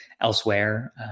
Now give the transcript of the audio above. elsewhere